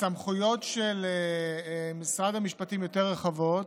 הסמכויות של משרד המשפטים יותר רחבות,